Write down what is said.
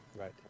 Right